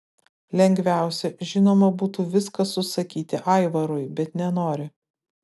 lengviausia žinoma būtų viską susakyti aivarui bet nenori